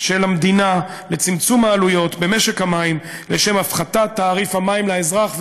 של המדינה לצמצום העלויות במשק המים לשם הפחתת תעריף המים לאזרח,